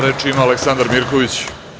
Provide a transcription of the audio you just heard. Reč ima Aleksandar Mirković.